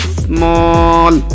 small